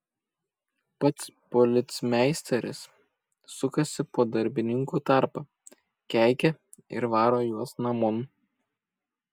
pats policmeisteris sukasi po darbininkų tarpą keikia ir varo juos namon